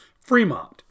Fremont